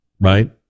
Right